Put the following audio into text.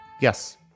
Yes